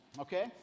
okay